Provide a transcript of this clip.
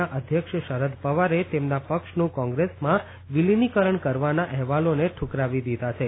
ના અધ્યક્ષ શરદ પવારે તેમના પક્ષનું કોંગ્રેસમાં વિલીનીકરણ કરવાના અહેવાલોને ઠ્રકરાવી દીધા છે